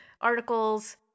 articles